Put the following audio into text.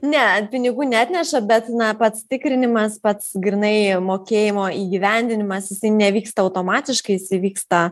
net pinigų neatneša bet na pats tikrinimas pats grynai mokėjimo įgyvendinimas nevyksta automatiškai jisai vyksta